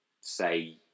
say